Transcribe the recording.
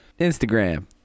Instagram